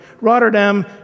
Rotterdam